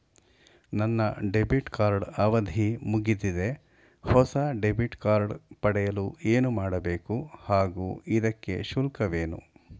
ನನ್ನ debit card ಅವಧಿ ಮುಗಿದಿದೆ ಹೊಸ ಡೆಬಿಟ್ ಕಾರ್ಡ್ ಪಡೆಯಲು ಏನು ಮಾಡಬೇಕು ಹಾಗೂ ಇದಕ್ಕೆ ಶುಲ್ಕವೇನು?